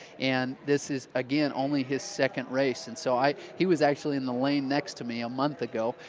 and this is, again, only his second race. and so i he was actually in the lane next to me a month ago.